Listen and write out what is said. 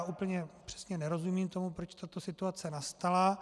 Úplně přesně nerozumím tomu, proč tato situace nastala.